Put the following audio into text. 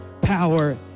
power